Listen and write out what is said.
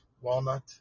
walnut